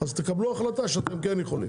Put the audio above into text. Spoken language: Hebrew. אז תקבלו החלטה שאתם כן יכולים.